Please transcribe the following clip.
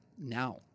now